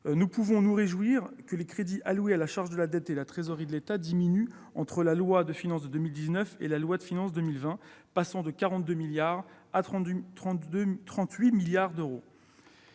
nous pouvons nous réjouir que les crédits alloués à la charge de la dette et à la trésorerie de l'État aient diminué entre la loi de finances pour 2019 et le projet de loi de finances pour 2020, passant de 42 milliards d'euros à 38 milliards d'euros.